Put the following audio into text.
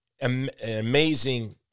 amazing